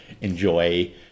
enjoy